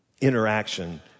interaction